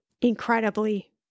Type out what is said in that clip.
incredibly